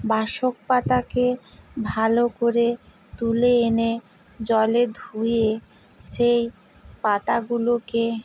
বাসক পাতাকে ভালো করে তুলে এনে জলে ধুয়ে সেই পাতাগুলোকে